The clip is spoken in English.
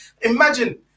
Imagine